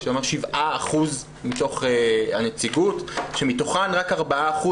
שאומר 7% מתוך הנציגות שמתוכן רק 4%